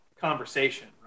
conversation